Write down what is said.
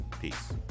Peace